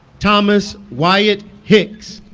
thomas wyatt hicks